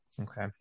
Okay